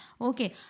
okay